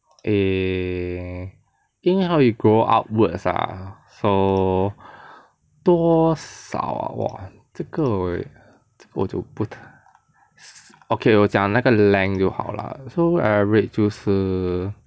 eh 因为它会 grow upwards lah so 多少 ah !wah! 这个我就 okay 我讲那个 length 就好 lah so average 就是